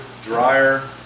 dryer